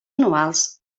anuals